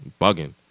Bugging